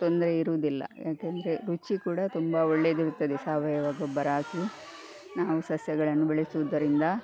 ತೊಂದರೆ ಇರುವುದಿಲ್ಲ ಯಾಕೆಂದರೆ ರುಚಿ ಕೂಡ ತುಂಬ ಒಳ್ಳೇದಿರುತ್ತದೆ ಸಾವಯವ ಗೊಬ್ಬರ ಹಾಕಿ ನಾವು ಸಸ್ಯಗಳನ್ನು ಬೆಳೆಸುವುದರಿಂದ